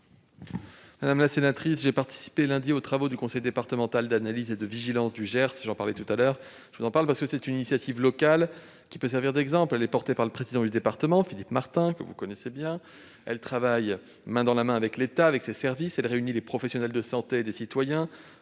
Madame la sénatrice, j'ai participé lundi aux travaux du conseil départemental d'analyse et de vigilance du Gers, dont j'ai parlé tout à l'heure. Cette initiative locale peut servir d'exemple. Elle est promue par le président du département, Philippe Martin, que vous connaissez bien. Elle travaille main dans la main avec l'État et ses services. Elle réunit les professionnels de santé et des citoyens